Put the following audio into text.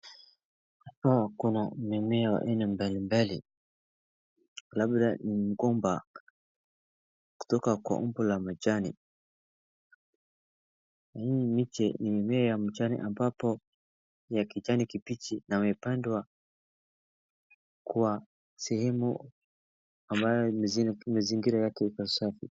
Hapa kuna mimea ya aina mbalimbali. Labda ni mgoba kutoka kwa ubo la majani . Ni miti ni mimea ya mjani ambapo ya kijani kibichi na imepandwa kwa sehemu ambayo mazingira yake iko safi.